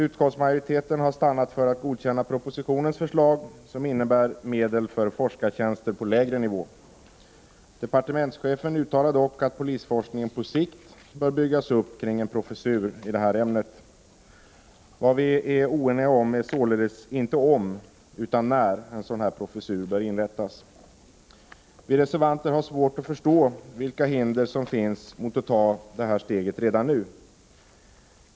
Utskottsmajoriteten har stannat för att godkänna propositionens förslag, som innebär medel för forskartjänster på lägre nivå. Departementschefen uttalar dock att polisforskningen på sikt bör byggas upp kring en professur i det här ämnet. Vad oenigheten gäller är således inte om utan när en sådan här professur bör inrättas. Vi reservanter har svårt att förstå vilka hinder som finns mot att ta det här steget redan nu.